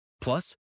Plus